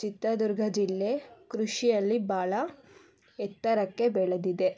ಚಿತ್ರದುರ್ಗ ಜಿಲ್ಲೆ ಕೃಷಿಯಲ್ಲಿ ಭಾಳ ಎತ್ತರಕ್ಕೆ ಬೆಳೆದಿದೆ